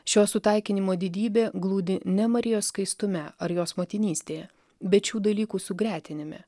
šio sutaikinimo didybė glūdi ne marijos skaistume ar jos motinystėje bet šių dalykų sugretinime